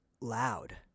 loud